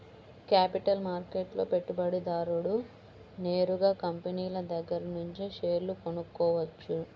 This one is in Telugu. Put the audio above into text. క్యాపిటల్ మార్కెట్లో పెట్టుబడిదారుడు నేరుగా కంపినీల దగ్గరనుంచే షేర్లు కొనుక్కోవచ్చు